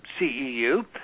CEU